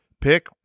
pick